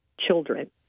children